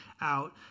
out